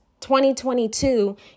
2022